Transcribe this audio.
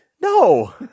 No